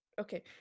Okay